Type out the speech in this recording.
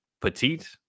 petite